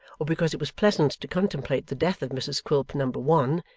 or because it was pleasant to contemplate the death of mrs quilp number one,